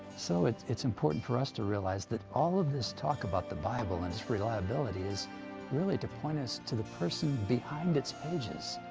so it's, it's important for us to realize. that all of this talk about the bible and its reliability. is really to point us to the person behind its pages,